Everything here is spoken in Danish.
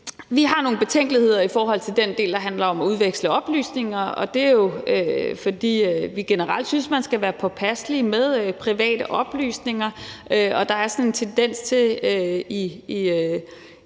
Vi har nogle betænkeligheder i forhold til den del, der handler om at udveksle oplysninger, og det er jo, fordi vi generelt synes, man skal være påpasselig med private oplysninger, og der er sådan en tendens i